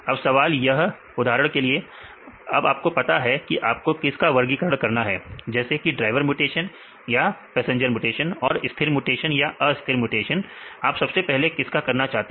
अब सवाल यह उदाहरण के लिए अब आपको पता है कि आपको किस का वर्गीकरण करना है जैसे कि ड्राइवर म्यूटेशन या पैसेंजर म्यूटेशन और स्थिर म्यूटेशन या अस्थिर म्यूटेशन आप सबसे पहले किसका करना चाहते हैं